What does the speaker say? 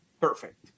perfect